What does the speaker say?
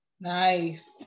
Nice